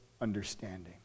understanding